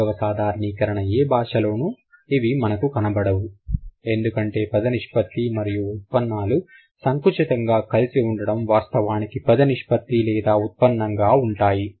నాలుగవ సాధారణీకరణ ఏ భాషలోనూ ఇవి మనకు కనపడవు ఎందుకంటే పద నిష్పత్తి మరియు ఉత్పన్నాలు సంకుచితంగా కలిసి ఉండడం వాస్తవానికి పద నిష్పత్తి లేదా ఉత్పన్నం గా ఉంటాయి